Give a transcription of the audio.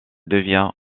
devient